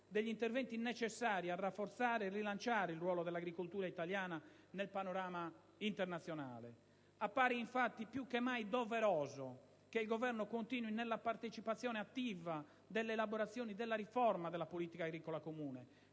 degli interventi necessari a rafforzare e rilanciare il ruolo dell'agricoltura italiana nel panorama internazionale. Appare infatti più che mai doveroso che il Governo continui nella partecipazione attiva della elaborazione della riforma della politica agricola comune,